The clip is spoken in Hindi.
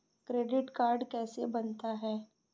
क्रेडिट कार्ड कैसे बनता है?